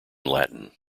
latin